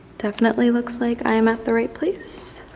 definitely looks like i'm at the right place.